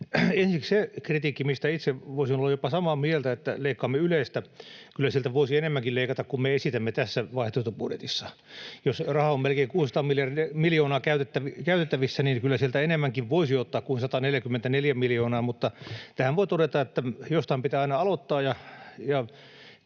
Ensiksi se kritiikki, mistä itse voisin olla jopa samaa mieltä, että leikkaamme Ylestä. Kyllä sieltä voisi enemmänkin leikata kuin me esitämme tässä vaihtoehtobudjetissa. Jos rahaa on melkein 600 miljoonaa käytettävissä, niin kyllä sieltä enemmänkin voisi ottaa kuin 144 miljoonaa, mutta tähän voi todeta, että jostain pitää aina aloittaa,